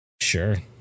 sure